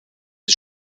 des